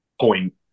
point